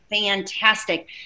Fantastic